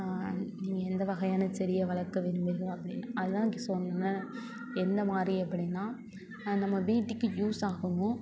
நீங்கள் எந்த வகையான செடியை வளர்க்க விரும்புகிறீர்கள் அப்படின்னா அதான் அன்னக்கு சொன்னேன் எந்த மாதிரி அப்படின்னா நம்ம வீட்டுக்கு யூஸ் ஆகணும்